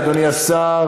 אדוני השר,